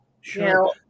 Sure